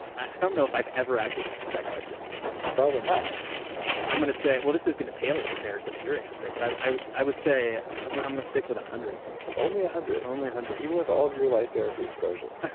i don't know if i've ever actually been asked that question probably not i'm going to say. well, this is going to pale in comparison to your answer, but i would i would say. i'm ah going to stick with a hundred only a hundred? only a hundred even with all of your light therapy exposure?